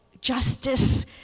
justice